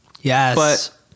Yes